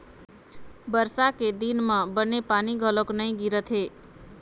बरसा के दिन म बने पानी घलोक नइ गिरत हे